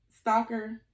stalker